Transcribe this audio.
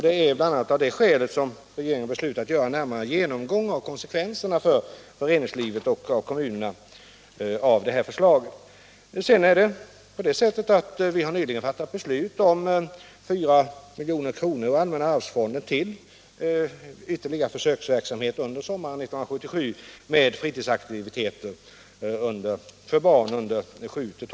Det är bl.a. av detta skäl som regeringen beslutat företa en närmare genomgång av konsekvenserna för föreningslivet och kommunerna med anledning av det här förslaget. Vi har nyligen fattat ett beslut om att ta 4 milj.kr. ur allmänna arvsfonden till ytterligare försöksverksamhet med fritidsaktiviteter för barn mellan sju och tolv år under sommaren 1977.